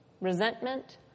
resentment